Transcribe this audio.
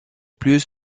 plus